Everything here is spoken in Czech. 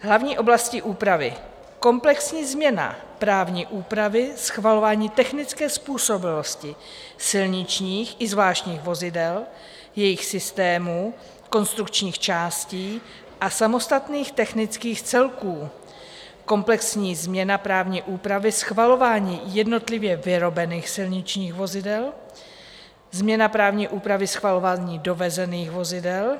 Hlavní oblasti úpravy: komplexní změna právní úpravy schvalování technické způsobilosti silničních i zvláštních vozidel, jejich systémů, konstrukčních částí a samostatných technických celků; komplexní změna právní úpravy schvalování jednotlivě vyrobených silničních vozidel; změna právní úpravy schvalování dovezených vozidel;